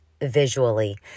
visually